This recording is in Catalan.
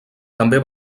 també